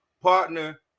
partner